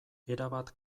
erabat